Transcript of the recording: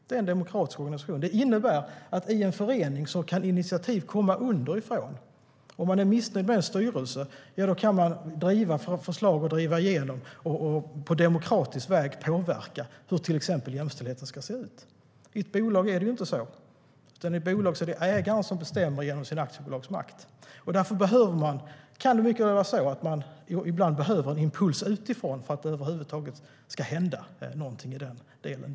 Det innebär att i en förening kan initiativ komma underifrån. Om man är missnöjd med en styrelse kan man driva förslag och på demokratisk väg påverka hur till exempel jämställdheten ska se ut. I ett bolag är det inte så. I ett bolag är det ägaren som bestämmer genom sin aktiebolagsmakt. Därför kan det mycket väl vara så att man ibland behöver en impuls utifrån för att det över huvud taget ska hända något i den delen.